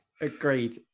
Agreed